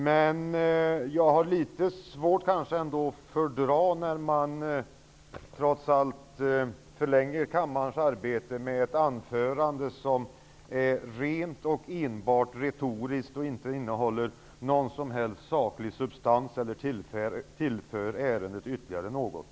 Men jag har litet svårt att fördra när man trots allt förlänger kammarens arbete med ett anförande som är rent och enbart retoriskt och inte innehåller någon som helst saklig substans eller tillför ärendet ytterligare något.